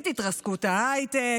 התרסקות ההייטק,